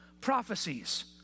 prophecies